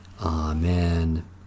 Amen